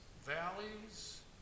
valleys